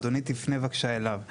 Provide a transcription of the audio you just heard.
אדוני תפנה בבקשה אליו.